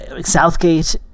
Southgate